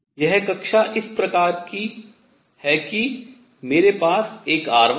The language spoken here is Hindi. यह कक्षा इस प्रकार है कि मेरे पास एक r1 है